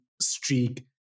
streak